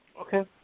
Okay